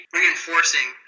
reinforcing